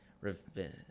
Revenge